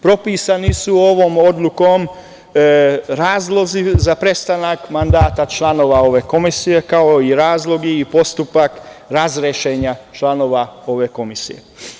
Propisani su ovom odlukom razlozi za prestanak mandata članova ove komisije, kao i razlozi i postupak razrešenja članova ove komisije.